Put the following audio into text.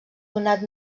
donat